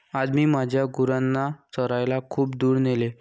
आज मी माझ्या गुरांना चरायला खूप दूर नेले